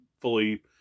fully